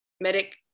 medic